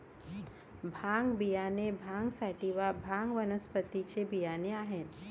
भांग बियाणे भांग सॅटिवा, भांग वनस्पतीचे बियाणे आहेत